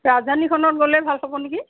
ৰাজধানীখনত গ'লে ভাল হ'ব নেকি